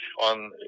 on